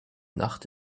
nacht